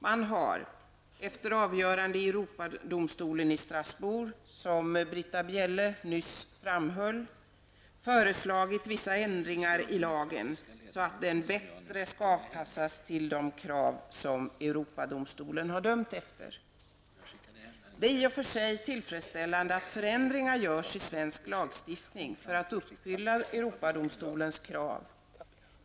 Man har efter avgörande i Europadomstolen i Strasbourg som Britta Bjelle nyss framhöll, föreslagit vissa ändringar i lagen, så att den bättre anpassas till de krav som Europadomstolen har dömt efter. Det är i och för sig tillfredsställande att förändringar görs i svensk lagstiftning för att uppfylla Europadomstolens krav.